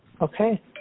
Okay